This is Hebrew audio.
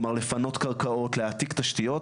כלומר לפנות קרקעות להעתיק תשתיות,